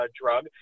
drug